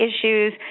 issues